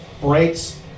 Brakes